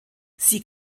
sie